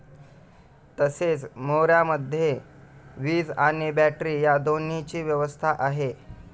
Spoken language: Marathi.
तसेच मोऱ्यामध्ये वीज आणि बॅटरी या दोन्हीची व्यवस्था आहे